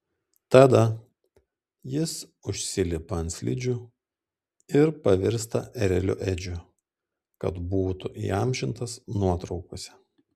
tada jis užsilipa ant slidžių ir pavirsta ereliu edžiu kad būtų įamžintas nuotraukose